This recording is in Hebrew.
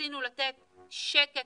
רצינו לתת שקט